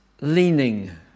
leaning